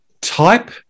type